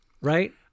Right